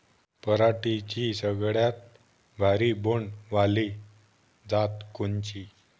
पराटीची सगळ्यात भारी बोंड वाली जात कोनची?